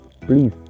please